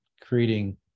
creating